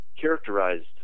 characterized